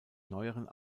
neueren